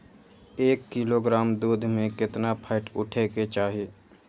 एक किलोग्राम दूध में केतना फैट उठे के चाही?